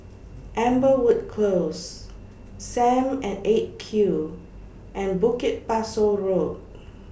Amberwood Close SAM At eight Q and Bukit Pasoh Road